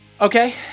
Okay